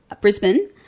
Brisbane